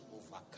overcome